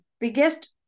biggest